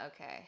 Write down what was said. Okay